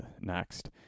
next